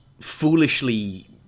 foolishly